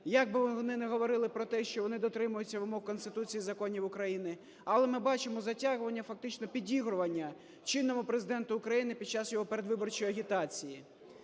як би вони не говорили про те, що вони дотримуються вимог Конституції і законів України, але ми бачимо затягування, фактично підігрування чинному Президенту України під час його передвиборчої агітації.